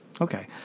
Okay